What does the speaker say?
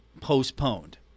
postponed